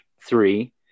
three